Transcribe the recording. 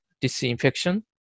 disinfection